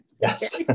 Yes